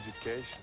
education